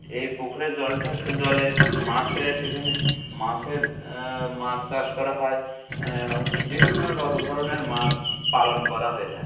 এই পুকুরে জলটাকে জলে মাছ ছেড়ে সেখানে মাছের মাছ চাষ করা হয় এবং বিভিন্ন র ধরনের মাছ পালন করা হয়ে থাকে